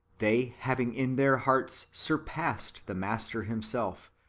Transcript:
they having in their hearts sur passed the master himself,